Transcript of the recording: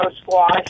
squash